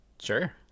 Sure